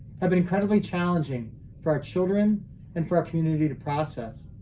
have been incredibly challenging for our children and for our community to process.